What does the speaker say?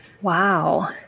wow